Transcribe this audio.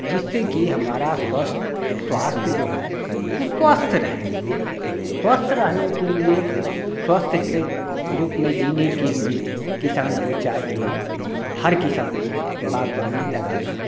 जिससे कि हमारा स्वस्थ स्वास्थ्य जो है सुस्वस्थ रहे स्वस्थ रहने के लिए स्वस्थ से रूप में जीने के लिए किसान को चाहिए हर किसान को बागवानी लगाना